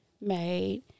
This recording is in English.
made